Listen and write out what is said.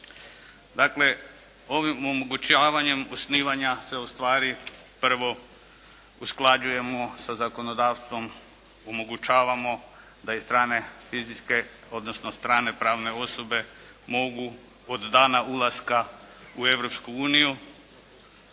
Dakle, ovim omogućavanjem osnivanja se ustvari prvo usklađujemo sa zakonodavstvom, omogućavamo da i strane fizičke odnosno strane pravne osobe mogu od dana ulaska u